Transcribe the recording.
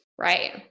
Right